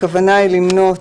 הכוונה היא למנות